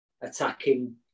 attacking